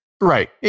Right